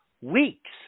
weeks